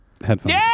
headphones